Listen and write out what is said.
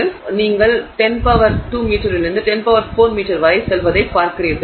எனவே நீங்கள் 10 2 மீட்டரிலிருந்து 10 8 மீட்டர் வரை செல்வதைப் பார்க்கிறீர்கள்